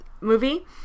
movie